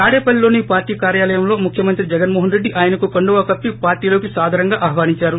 తాడేపల్లిలోని పార్లీ కార్యాలయంలో ముఖ్యమంత్రి జగన్మోహన్రెడ్డి ఆయనకు కండువా కప్పి పార్టీలోకి సాదరంగా ఆహ్వానించారు